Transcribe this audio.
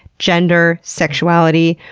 gender, sexuality.